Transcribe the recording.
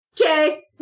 okay